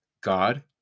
God